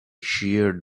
sheared